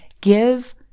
give